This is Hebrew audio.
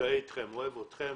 מזדהה אתכם, אוהב אתכם